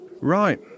Right